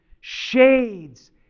shades